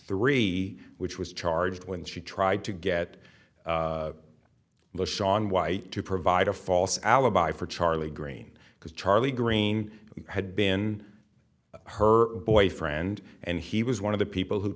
three which was charged when she tried to get shaun white to provide a false alibi for charlie green because charlie green had been her boyfriend and he was one of the people who